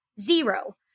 zero